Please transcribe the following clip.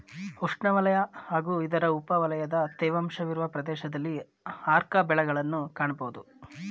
ಉಷ್ಣವಲಯ ಹಾಗೂ ಇದರ ಉಪವಲಯದ ತೇವಾಂಶವಿರುವ ಪ್ರದೇಶದಲ್ಲಿ ಆರ್ಕ ಬೆಳೆಗಳನ್ನ್ ಕಾಣ್ಬೋದು